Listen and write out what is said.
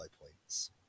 points